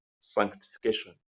sanctification